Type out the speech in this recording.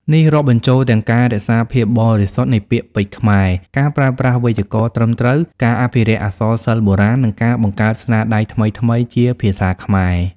នេះរាប់បញ្ចូលទាំងការរក្សាភាពបរិសុទ្ធនៃពាក្យពេចន៍ខ្មែរ ការប្រើប្រាស់វេយ្យាករណ៍ត្រឹមត្រូវ ការអភិរក្សអក្សរសិល្ប៍បុរាណ និងការបង្កើតស្នាដៃថ្មីៗជាភាសាខ្មែរ។